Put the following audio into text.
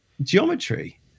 geometry